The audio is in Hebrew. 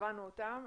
הבנו אותן,